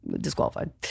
disqualified